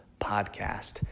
Podcast